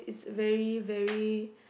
is very very